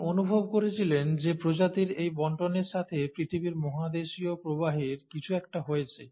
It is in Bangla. তিনি অনুভব করেছিলেন যে প্রজাতির এই বণ্টনের সাথে পৃথিবীর মহাদেশীয় প্রবাহের কিছু একটা হয়েছে